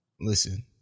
listen